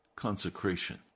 Consecration